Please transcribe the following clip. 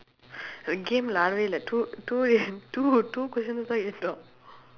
the game lah the two two two two questions that's why you stop